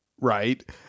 Right